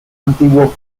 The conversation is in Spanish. antiguo